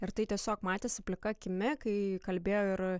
ir tai tiesiog matėsi plika akimi kai kalbėjo ir